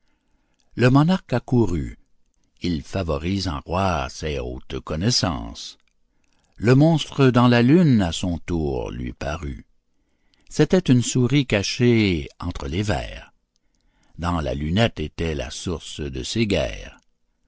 le monarque accourut il favorise en roi ces hautes connaissances le monstre dans la lune à son tour lui parut c'était une souris cachée entre les verres dans la lunette était la source de ces guerres